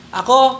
ako